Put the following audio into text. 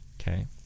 Okay